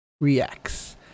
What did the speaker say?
reacts